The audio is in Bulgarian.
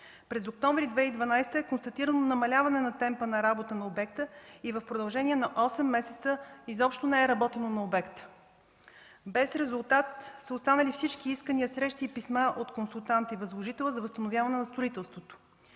месец октомври 2012 г. е констатирано намаляване на темпа на работа на обекта и в продължение на осем месеца изобщо не е работено. Без резултат са останали всички искания, срещи и писма от консултанта и възложителя за възстановяване на строителството.